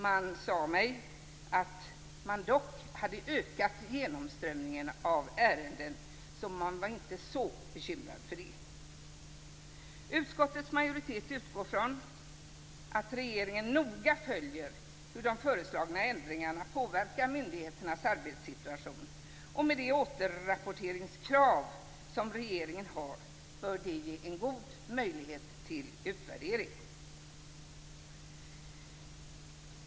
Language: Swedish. Man sade att man dock hade ökat genomströmningen av ärenden och att man inte var så bekymrad för det. Utskottets majoritet utgår från att regeringen noga följer hur de föreslagna ändringarna påverkar myndighetens arbetssituation, och med de återrapporteringskrav som regeringen har bör det ge en god möjlighet till utvärdering.